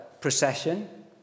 procession